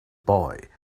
boy